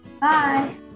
Bye